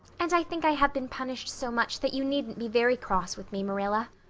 and i think i have been punished so much that you needn't be very cross with me, marilla.